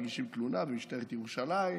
מגישים תלונה במשטרת ירושלים,